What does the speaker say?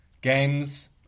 games